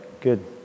good